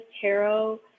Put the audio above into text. tarot